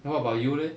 what about you leh